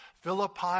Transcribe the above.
Philippi